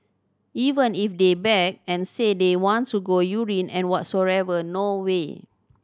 even if they beg and say they want to go urine and whatsoever no way